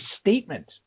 statement